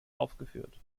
aufgeführt